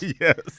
Yes